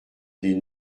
des